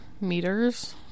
meters